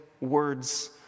words